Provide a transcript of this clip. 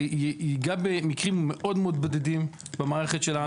זה ייגע במקרים מאוד מאוד בודדים במערכת שלנו.